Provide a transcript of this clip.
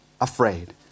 afraid